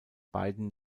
beiden